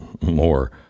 more